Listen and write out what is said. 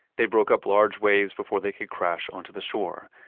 they broke up large waves before they could crash onto the shore.